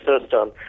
System